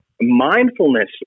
mindfulness